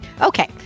okay